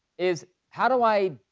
is how do i,